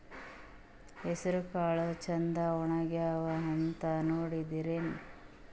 ಹೆಸರಕಾಳು ಛಂದ ಒಣಗ್ಯಾವಂತ ನೋಡಿದ್ರೆನ?